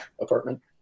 apartment